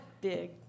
big